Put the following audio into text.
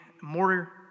more